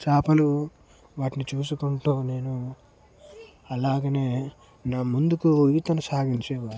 చేపలు వాటిని చూసుకుంటూ నేను అలాగనే నా ముందుకు ఈతను సాగించేవాడిని